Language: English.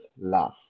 love